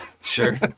Sure